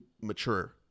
mature